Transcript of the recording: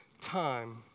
time